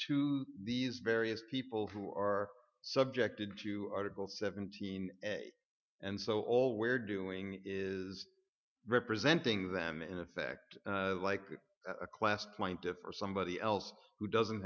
to these various people who are subjected to article seventeen and so all we're doing is representing them in effect like a class trying to or somebody else who doesn't